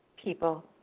people